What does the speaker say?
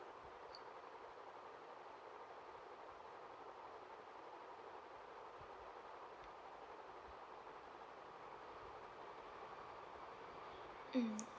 mm